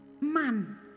Man